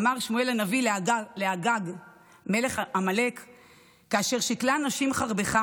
אמר שמואל הנביא לאגג מלך עמלק: "כאשר שכלה נשים חרבך,